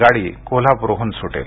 गाडी कोल्हापुरहून सुटेल